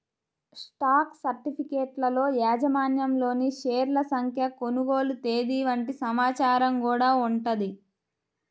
stock సర్టిఫికెట్లలో యాజమాన్యంలోని షేర్ల సంఖ్య, కొనుగోలు తేదీ వంటి సమాచారం గూడా ఉంటది